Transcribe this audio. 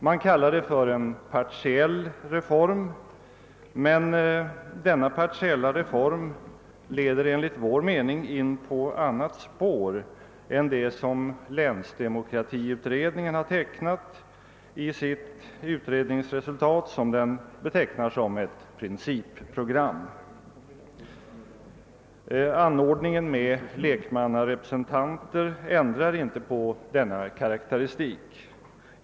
Man kallar detta för en partiell reform, men denna partiella reform leder enligt vår mening in på ett annat spår än det som länsdemokratiutredningen tecknar i sitt som principprogram betecknade utredningsresultat. Anordningen med lekmannarepresentanter ändrar inte på denna karakteristik.